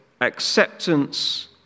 acceptance